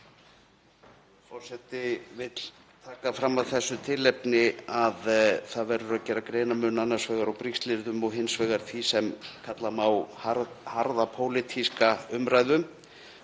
Forseti vill taka fram af þessu tilefni að það verður að gera greinarmun annars vegar á brigslyrðum og hins vegar því sem kalla má harða pólitíska umræðu.